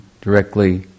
directly